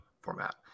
format